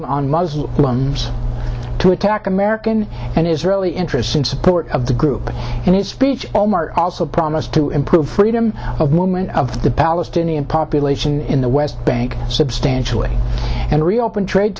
d on muslims to attack american and israeli interests in support of the group and its speech all mart also promised to improve freedom of movement of the palestinian population in the west bank substantially and reopen trade